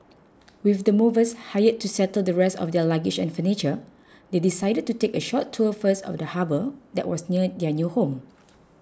with the movers hired to settle the rest of their luggage and furniture they decided to take a short tour first of the harbour that was near their new home